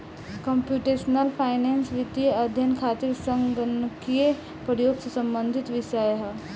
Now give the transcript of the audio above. computational finance वित्तीय अध्ययन खातिर संगणकीय प्रयोग से संबंधित विषय ह